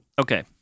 Okay